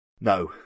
no